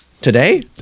today